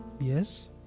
Yes